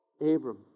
Abram